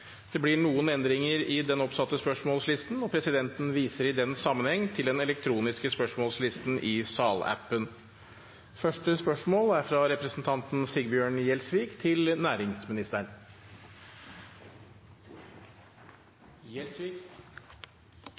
Det blir en endring i den oppsatte spørsmålslisten, og presidenten viser i den sammenheng til den elektroniske spørsmålslisten i salappen. Endringen var som følger: Spørsmål nr. 4, fra Helge André Njåstad til